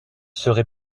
serai